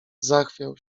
zachwiał